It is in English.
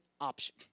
option